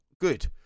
good